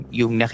yung